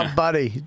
buddy